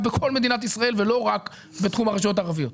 בכל מדינת ישראל ולא רק בתחום הרשויות הערביות.